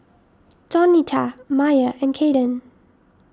Donita Myer and Kayden